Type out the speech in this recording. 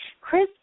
Chris